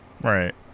Right